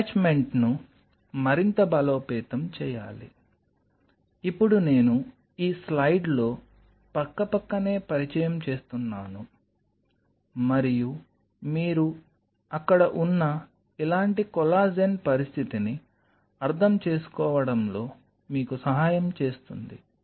అటాచ్మెంట్ను మరింత బలోపేతం చేయాలి ఇప్పుడు నేను ఈ స్లయిడ్లో పక్కపక్కనే పరిచయం చేస్తున్నాను మరియు మీరు అక్కడ వున్న ఇలాంటి కొల్లాజెన్ పరిస్థితిని అర్థం చేసుకోవడంలో మీకు సహాయం చేస్తుంది